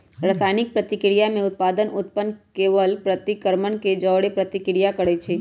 रसायनिक प्रतिक्रिया में उत्पाद उत्पन्न केलेल अभिक्रमक के जओरे प्रतिक्रिया करै छै